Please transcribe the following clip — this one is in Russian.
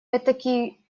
этакий